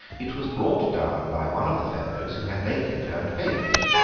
it was brought down by one of the fellows who had lately turned papist,